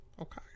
Okay